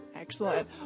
Excellent